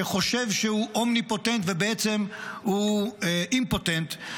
שחושב שהוא אומניפוטנטי ובעצם הוא אימפוטנט,